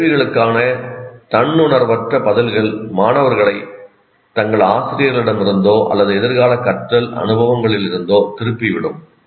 இந்த கேள்விகளுக்கான தன்னுணர்வற்ற பதில்கள் மாணவர்களை தங்கள் ஆசிரியர்களிடமிருந்தோ அல்லது எதிர்கால கற்றல் அனுபவங்களிலிருந்தோ திருப்பிவிடும்